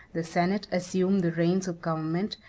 the senate assumed the reins of government,